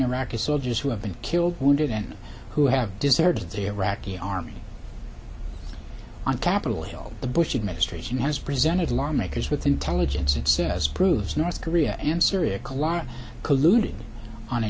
iraqi soldiers who have been killed or wounded and who have deserted the iraqi army on capitol hill the bush administration has presented lawmakers with intelligence it says proves north korea and syria client colluding on a